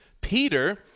Peter